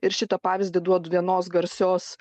ir šitą pavyzdį duodu vienos garsios